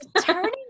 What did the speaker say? turning